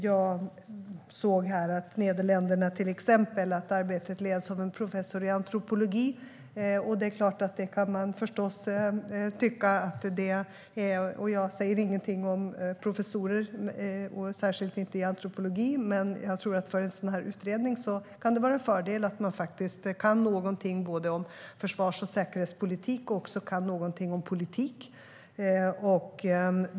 Jag såg som ett exempel att arbetet i Nederländerna leds av en professor i antropologi. Jag säger ingenting om professorer, särskilt inte i antropologi, men jag tror att för en sådan här utredning kan det vara en fördel att man kan någonting om försvars och säkerhetspolitik och även någonting om politik.